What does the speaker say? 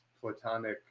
platonic